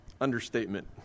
understatement